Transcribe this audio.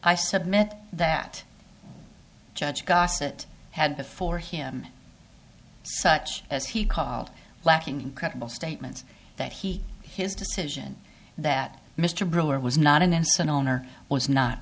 i submit that judge gossett had before him such as he called lacking incredible statement that he his decision that mr brewer was not an instant owner was not